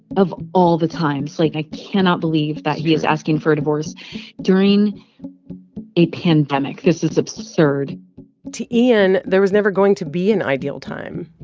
of all the times, like, i cannot believe that he is asking for a divorce during a pandemic. this is absurd to ian, there was never going to be an ideal time.